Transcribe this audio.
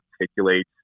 articulate